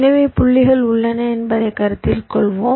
எனவே புள்ளிகள் உள்ளன என்பதைக் கருத்தில் கொள்வோம்